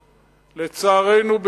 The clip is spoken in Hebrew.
לצערנו,